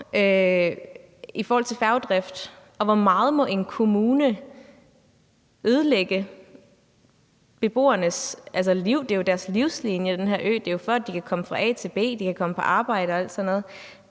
i forhold til færgedriften, og hvor meget en kommune må ødelægge beboernes liv. Altså, den her øfærge er jo deres livline, og det er den jo, fordi den betyder, at de kan komme fra A til B, at de kan komme på arbejde og alt sådan noget,